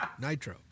Nitro